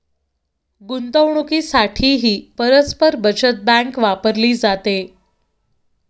गुंतवणुकीसाठीही परस्पर बचत बँक वापरली जाते